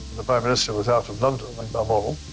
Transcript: the prime minister was out of london in balmoral.